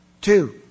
Two